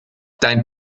dein